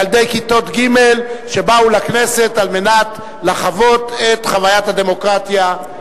ילדי כיתות ג' שבאו לכנסת על מנת לחוות את חוויית הדמוקרטיה.